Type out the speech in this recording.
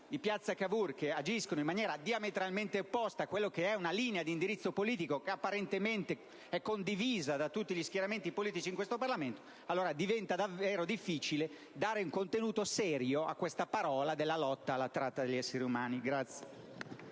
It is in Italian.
di piazza Cavour agiscono in maniera diametralmente opposta a quella che è una linea di indirizzo politico apparentemente condivisa da tutti gli schieramenti politici in questo Parlamento, allora diventa davvero difficile dare un contenuto serio alla lotta alla tratta degli esseri umani.